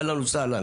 אהלן וסהלן.